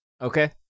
Okay